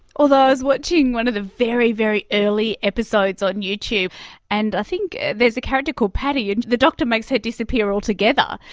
although i was watching one of the very, very early episodes on youtube and i think there's a character called patty and the doctor makes her disappear altogether.